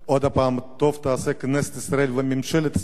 טוב תעשה כנסת ישראל וממשלת ישראל אם